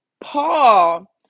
Paul